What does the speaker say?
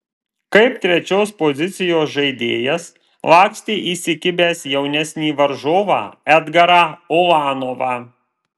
kaip trečios pozicijos žaidėjas lakstė įsikibęs jaunesnį varžovą edgarą ulanovą